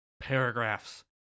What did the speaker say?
paragraphs